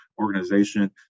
organization